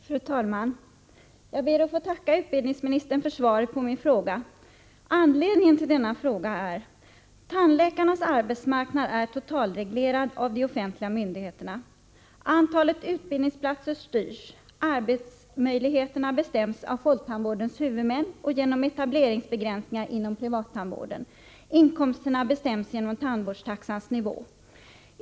Fru talman! Jag ber att få tacka utbildningsministern för svaret på min fråga. Anledningen till frågan är denna: Tandläkarnas arbetsmarknad är totalreglerad av de offentliga myndigheterna. Antalet utbildningsplatser styrs, arbetsmöjligheterna bestäms av folktandvårdens huvudmän och genom etableringsbegränsningarna inom privattandvården och inkomsterna bestäms genom tandvårdstaxans nivå.